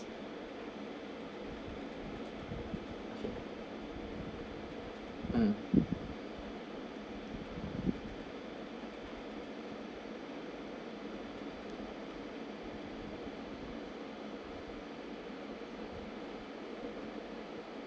mm